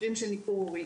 מקרים של ניכור הורי,